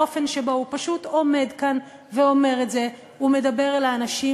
האופן שבן הוא פשוט עומד כאן ואומר את זה ומדבר אל האנשים,